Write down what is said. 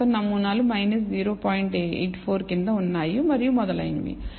84 క్రింద ఉన్నాయి మరియు మొదలైనవి మొదలగునవి